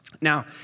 Now